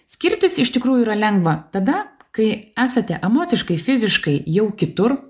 skirtis iš tikrųjų yra lengva tada kai esate emociškai fiziškai jau kitur